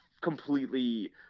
completely